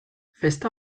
festa